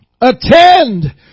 Attend